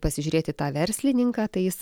pasižiūrėt į tą verslininką tai jis